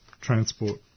transport